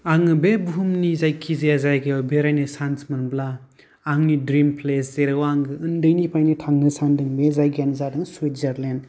आङो बे बुहुमनि जायखि जाया जायगायाव बेरायनो चान्स मोनब्ला आंनि द्रिम प्लेस जेराव आं उन्दैनिफ्रायनो थांनो सानदों बे जायगायानो जादों सुइजारलेण्ड